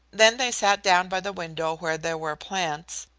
then they sat down by the window where there were plants,